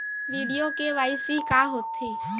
video KYC का होथे